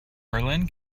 berlin